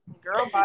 Girl